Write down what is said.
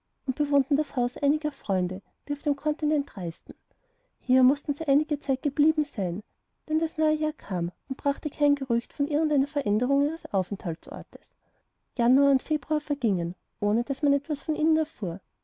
und bewohnten das haus einiger freunde die auf dem kontinent reisten hier mußten sie einige zeit geblieben sein denn das neue jahr kam und brachte kein gerücht von irgend einer veränderung ihres aufenthaltsortes januar und februar vergingen ohne daß man etwas von ihnen erfuhr